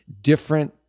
different